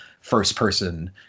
first-person